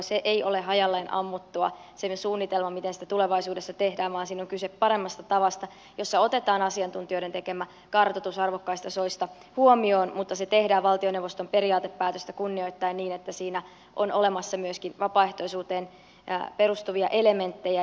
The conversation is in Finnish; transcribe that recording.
se ei ole hajalleen ammuttua se suunnitelma miten sitä tulevaisuudessa tehdään vaan siinä on kyse paremmasta tavasta jossa otetaan asiantuntijoiden tekemä kartoitus arvokkaista soista huomioon mutta se tehdään valtioneuvoston periaatepäätöstä kunnioittaen niin että siinä on olemassa myöskin vapaaehtoisuuteen perustuvia elementtejä